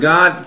God